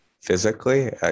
physically